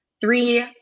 three